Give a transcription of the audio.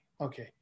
Okay